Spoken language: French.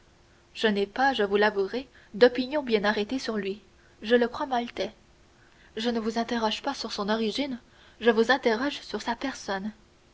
je n'ai pas je vous l'avouerai d'opinion bien arrêtée sur lui je le crois maltais je ne vous interroge pas sur son origine je vous interroge sur sa personne